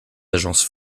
agences